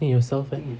then yourself leh